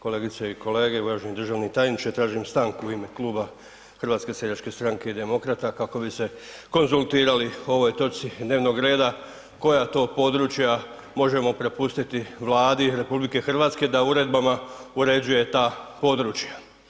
Kolegice i kolege, uvaženi državni tajniče tražim stanku u ime Kluba HSS-a i Demokrata kako bi se konzultirali o ovoj točci dnevnog reda koja to područja možemo prepustiti Vladi RH da uredbama uređuje ta područja.